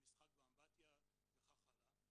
משחק באמבטיה וכך הלאה,